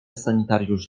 sanitariusz